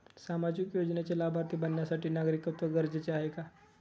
सामाजिक योजनेचे लाभार्थी बनण्यासाठी नागरिकत्व गरजेचे आहे का?